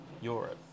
Europe